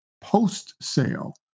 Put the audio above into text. post-sale